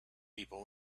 people